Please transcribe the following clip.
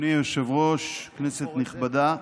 אדוני היושב-ראש, כנסת נכבדה,